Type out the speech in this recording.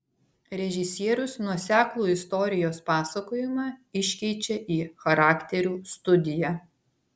režisierius nuoseklų istorijos pasakojimą iškeičia į charakterių studiją